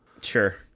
Sure